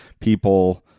people